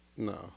No